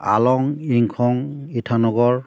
आलं इंखं इटानगर